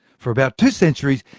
for about two centuries,